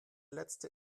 letzte